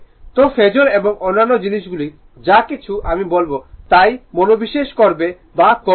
তো ফেজোর এবং অন্যান্য জিনিসগুলি যা কিছু আমি বলব তাই মনোনিবেশ করবে বা করবে না